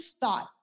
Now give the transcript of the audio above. thought